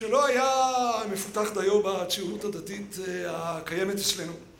שלא היה מפותחת היום הציונות הדתית הקיימת אצלנו.